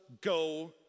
go